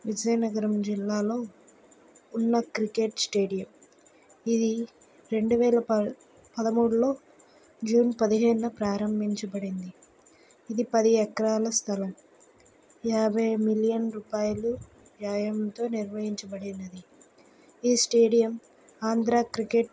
విజయనగరం జిల్లాలో ఉన్న cricket stadium ఇది రెండు వేల ప పదమూడులో జూన్ పదిహేనున ప్రారంభించబడింది ఇది పది ఎకరాల స్థలం యాభై మిలియన్ రూపాయలు వ్యయంతో నిర్వహించబడినది ఈ స్టేడియం ఆంధ్ర క్రికెట్